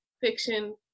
fiction